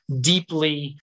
deeply